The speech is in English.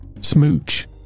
Smooch